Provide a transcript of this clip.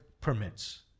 permits